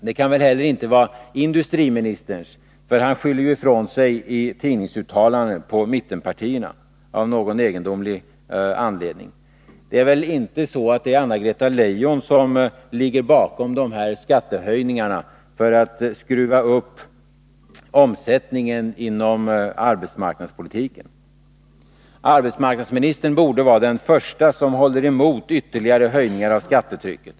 Det kan nog inte heller vara industriministerns, för han skyller ju i tidningsuttalanden ifrån sig på mittenpartierna, av någon underlig anledning. Det är väl inte Anna-Greta Leijon som ligger bakom dessa skattehöjningar, för att skruva upp omsättningen inom arbetsmarknadspolitiken? Arbetsmarknadsministern borde vara den första som håller emot ytterligare höjningar av skattetrycket.